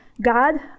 God